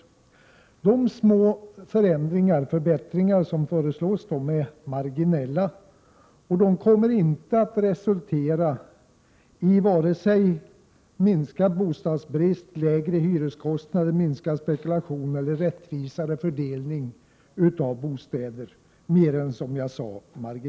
De små förändringar och förbättringar som föreslås är marginella och kommer inte att resultera i vare sig minskad bostadsbrist, lägre hyreskostnader, minskad spekulation eller rättvisare fördelning av bostäder.